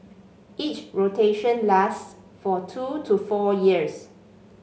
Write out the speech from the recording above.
each rotation lasts for two to four years